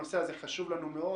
הנושא הזה חשוב לנו מאוד.